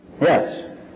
Yes